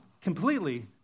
completely